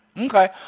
Okay